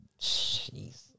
Jeez